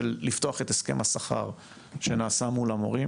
של לפתוח את הסכם השכר שנעשה מול המורים,